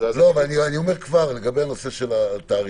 לגבי התאריך,